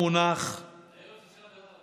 כבודו מונח, היום ערב תשעה באב.